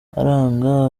aranga